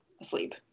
asleep